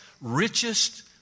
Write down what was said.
Richest